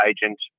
Agent